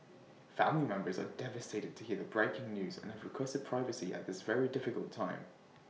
family members are devastated to hear the breaking news and have requested privacy at this very difficult time